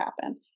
happen